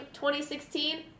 2016